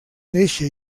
néixer